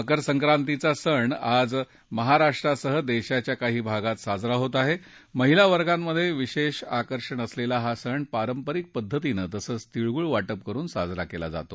मकर सक्तितीचा सण आज महाराष्ट्रासह देशाच्या काही भागात साजरा होत आहमेहिला वर्गामध्य विशा आकर्षण असलली हा सण पारसीिक पद्धतीनविस्तातीळगुळ वाटप करून साजरा क्विं जातो